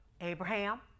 Abraham